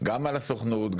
על הסוכנות,